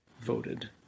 voted